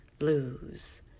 lose